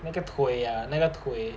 那个腿呀那个腿